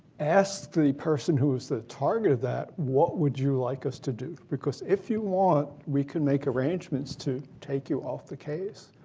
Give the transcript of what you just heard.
ask every person who was the target of that what would you like us to do. because if you want, we can make arrangements to take you off the case,